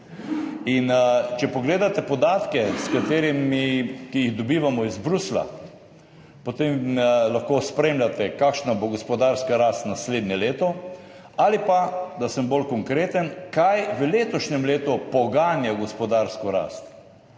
Če pogledate podatke, ki jih dobivamo iz Bruslja, potem lahko spremljate, kakšna bo gospodarska rast naslednje leto ali pa, da sem bolj konkreten, kaj v letošnjem letu poganja gospodarsko rast.